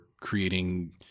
creating